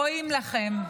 רואים לכם.